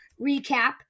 recap